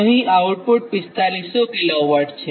અહીં output 4500 kW છે